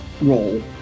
role